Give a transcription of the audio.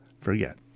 forget